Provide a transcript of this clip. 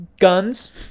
guns